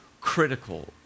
critical